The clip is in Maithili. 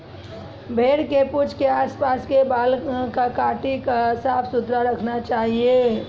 भेड़ के पूंछ के आस पास के बाल कॅ काटी क साफ सुथरा रखना चाहियो